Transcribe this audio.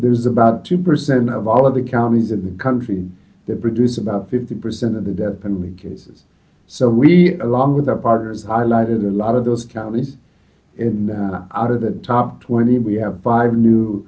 there's about two percent of all of the counties in the country that produce about fifty percent of the death penalty cases so we along with our partners highlighted a lot of those counties in out of the top twenty and we have five new